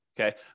Okay